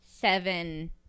seven